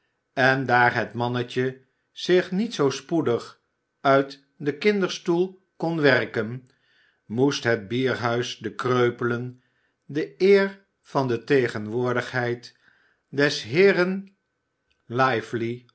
en daar het mannetje zich niet zoo spoedig uit den kinderstoel kon werken moest het bierhuis de kreupelen de eer van de tegenwoordigheid des heeren lively